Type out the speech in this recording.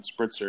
spritzer